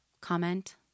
comment